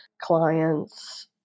clients